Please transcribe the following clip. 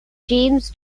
james